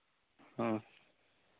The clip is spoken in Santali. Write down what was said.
ᱦᱮᱸ